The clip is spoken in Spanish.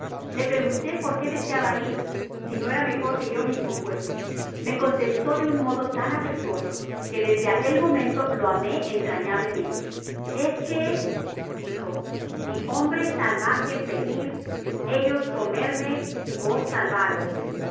le pregunté por que deseaba ir si no era mejor que yo mismo fuese y que e se quedase á bordo me contestó de un modo tan afectuoso que desde aquel momento le amó entrañablemente es que dijo si hombres salvajes venir ellos comerme y vos salvaros